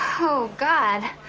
oh god,